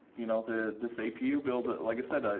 you know the this ap you build like i said, ah